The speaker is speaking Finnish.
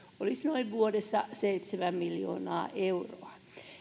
olisivat vuodessa noin seitsemän miljoonaa euroa